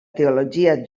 teologia